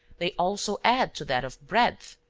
they also add to that of breadth.